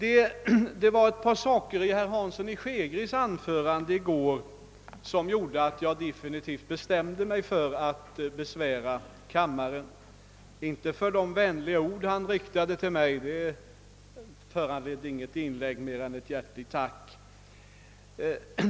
Ett par saker i det anförande som herr Hansson i Skegrie höll i går gjorde att jag definitivt bestämde mig för att besvära kammaren. Jag tänker då inte på de vänliga ord han riktade till mig — de skall inte föranleda mer än ett hjärtligt tack.